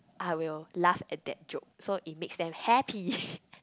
I will laugh at that joke so it makes them happy